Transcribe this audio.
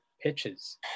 pitches